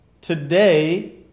Today